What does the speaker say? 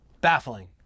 baffling